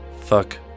Fuck